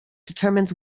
determine